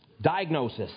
Diagnosis